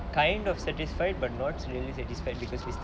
kind of satisfied but not really satisfied because we